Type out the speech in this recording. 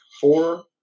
four